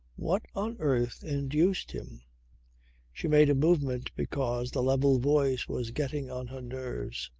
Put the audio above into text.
what on earth induced him she made a movement because the level voice was getting on her nerves.